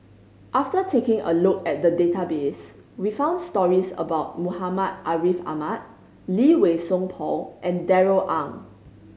after taking a look at the database we found stories about Muhammad Ariff Ahmad Lee Wei Song Paul and Darrell Ang